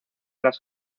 las